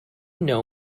know